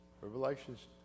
revelations